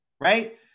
right